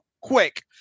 quick